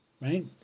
right